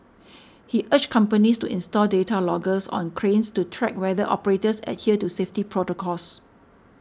he urged companies to install data loggers on cranes to track whether operators adhere to safety protocols